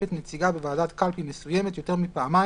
את נציגה בוועדת קלפי מסוימת יותר מפעמיים,